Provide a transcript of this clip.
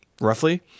roughly